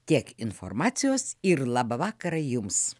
tiek informacijos ir labą vakarą jums